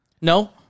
No